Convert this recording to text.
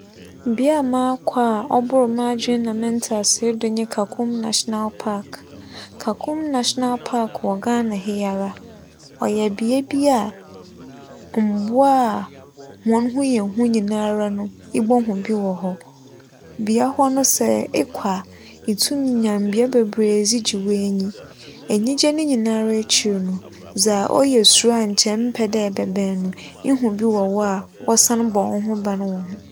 Bea a makͻ a ͻbor m'adwen nye me ntseasee do nye Kakum National Park. Kakum National Park wͻ Ghana ha yi ara. ͻyɛ bea bi a mbowa a hͻn ho yɛ hu nyinara no ibohu bi wͻ hͻ. Bea hͻ no sɛ ekͻ a itum nya mbea bebiree dze gye w'enyi. Enyigye ne nyinara ekyir no, dza ͻyɛ suro a nkyɛ emmpɛ dɛ ebɛbɛn no, ihu bi wͻ hͻ a wͻsan bͻ woho ban wͻ ho.